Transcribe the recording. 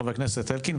חבר הכנסת אלקין.